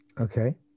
Okay